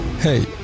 hey